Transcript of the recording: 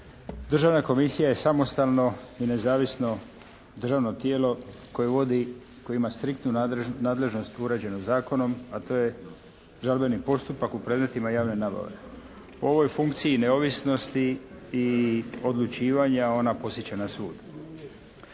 Državna komisija je samostalno i nezavisno državno tijelo koje vodi, koje ima striktnu nadležnost uređeno zakonom, a to je žalbeni postupak u predmetima javne nabave. U ovoj funkciji neovisnosti i odlučivanja ona podsjeća na sud.